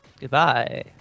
goodbye